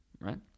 right